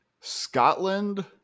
Scotland